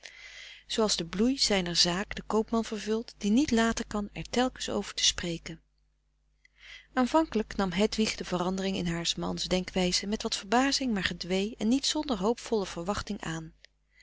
zooals de bloei zijner zaak den koopman vervult die niet laten kan er telkens over te spreken aanvankelijk nam hedwig deze verandering in haars frederik van eeden van de koele meren des doods mans denkwijze met wat verbazing maar gedwee en niet zonder hoopvolle verwachting aan